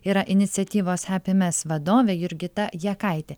yra iniciatyvos hapimes vadovė jurgita jakaitė